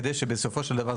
כדי שבסופו של דבר,